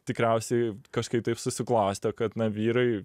tikriausiai kažkaip taip susiklostė kad vyrai